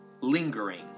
lingering